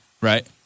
right